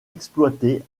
exploité